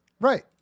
Right